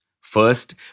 First